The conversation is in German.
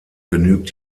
genügt